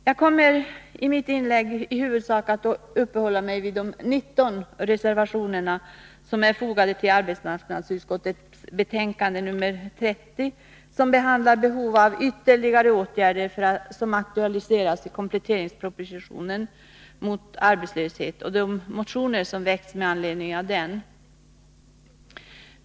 Jag kommer i mitt inlägg att i huvudsak uppehålla mig vid de 19 reservationer som är fogade till arbetsmarknadsutskottets betänkande nr 30, där utskottet behandlar behov av ytterligare åtgärder som aktualiseras i kompletteringspropositionen mot arbetslöshet och de motioner som väckts med anledning av den.